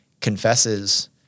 confesses